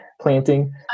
planting